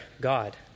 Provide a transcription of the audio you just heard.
God